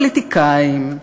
פוליטיקאים,